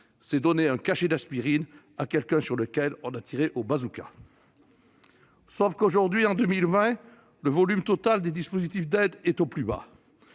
C'est donner un cachet d'aspirine à quelqu'un sur qui on a tiré au bazooka ! Aujourd'hui, en 2020, le volume total des dispositifs d'aide est au plus bas.